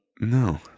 No